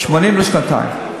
80 לשנתיים.